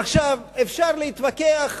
עכשיו, אפשר להתווכח: